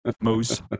Moose